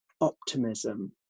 optimism